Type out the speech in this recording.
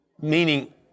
Meaning